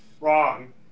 Wrong